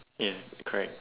ya correct